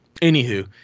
Anywho